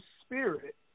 spirit